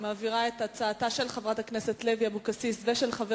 את הצעותיהם של חברת הכנסת לוי אבקסיס וחבר